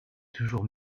toujours